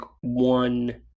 one